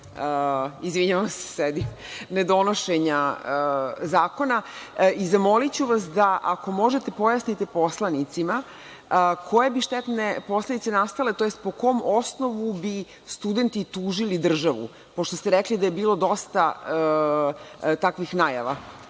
štetnim posledicama nedonošenja zakona.I zamoli ću vas da, ako možete pojasnite poslanicima - koje bi štetne posledice nastale, tj. po kom osnovu bi studenti tužili državu? Pošto ste rekli da je bilo dosta takvih najava.